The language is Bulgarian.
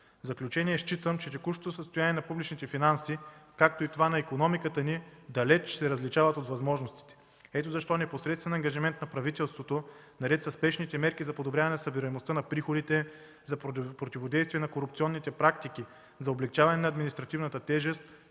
заключение считам, че текущото състояние на публичните финанси, както и това на икономиката ни, далеч се различава от възможностите. Ето защо непосредствен ангажимент на правителството, наред със спешните мерки за подобряване събираемостта на приходите, за противодействие на корупционните практики, за облекчаване на административната тежест,